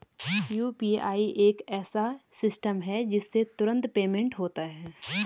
UPI एक ऐसा system है जिससे तुरंत पेमेंट होता है